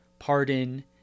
pardon